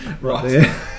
Right